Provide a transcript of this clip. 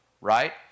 right